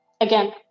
Again